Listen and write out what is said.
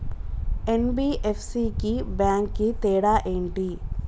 NBFC కి bank కి తేడా ఏంటి?